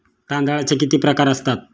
तांदळाचे किती प्रकार असतात?